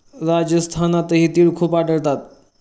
राजस्थानातही तिळ खूप आढळतात